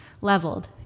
leveled